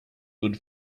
good